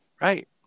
Right